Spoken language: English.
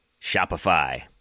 Shopify